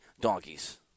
Donkeys